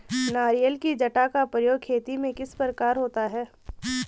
नारियल की जटा का प्रयोग खेती में किस प्रकार होता है?